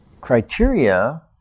criteria